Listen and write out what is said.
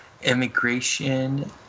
immigration